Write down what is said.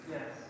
Yes